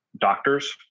doctors